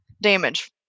damage